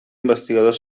investigador